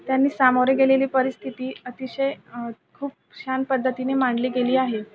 त्यांनी सामोरे गेलेली परिस्थिती अतिशय खूप छान पद्धतीने मांडली गेली आहे